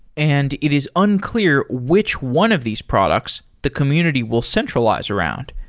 and it is unclear which one of these products the community will centralize around,